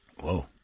Whoa